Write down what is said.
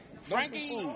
Frankie